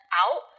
out